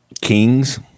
Kings